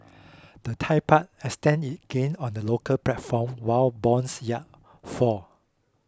the Thai Baht extended gain on the local platform while bonds yard fall